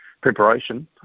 preparation